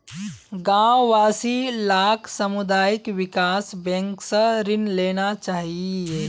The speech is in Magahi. गांव वासि लाक सामुदायिक विकास बैंक स ऋण लेना चाहिए